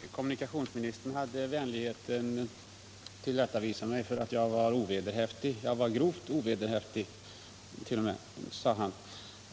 Herr talman! Kommunikationsministern hade vänligheten att tillrättavisa mig för att jag var ovederhäftig. Jag var t.o.m. grovt ovederhäftig, sade